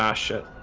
ah shit